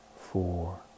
four